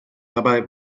dabei